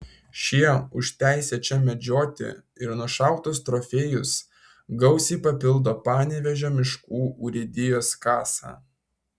šie už teisę čia medžioti ir nušautus trofėjus gausiai papildo panevėžio miškų urėdijos kasą